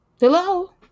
hello